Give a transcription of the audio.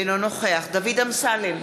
אינו נוכח דוד אמסלם,